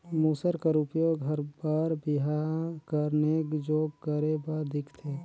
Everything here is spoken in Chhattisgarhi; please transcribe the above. मूसर कर उपियोग हर बर बिहा कर नेग जोग करे बर दिखथे